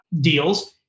deals